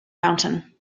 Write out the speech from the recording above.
fountain